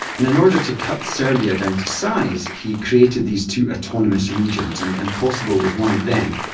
and in order to cut serbia down to size, he created these two autonomous regions, and and kosovo was one of them.